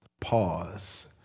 Pause